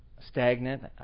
stagnant